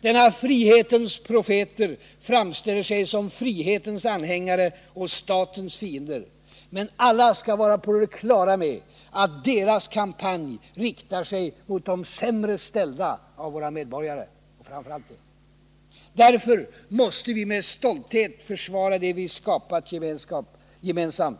Dessa frihetens profeter framställer sig som frihetens anhängare och statens fiender. Men alla skall vara på det klara med att deras kampanj riktar sig mot de sämre ställda av våra medborgare. Därför måste vi med stolthet försvara det som skapats gemensamt.